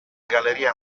galleria